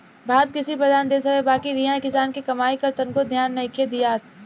भारत कृषि प्रधान देश हवे बाकिर इहा किसान के कमाई पर तनको ध्यान नइखे दियात